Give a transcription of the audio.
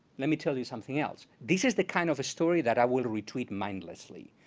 let me tell you something else. this is the kind of a story that i would retweet mindlessly,